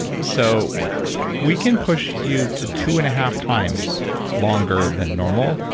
so we can push you to two and a half times longer than normal.